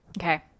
Okay